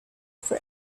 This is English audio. for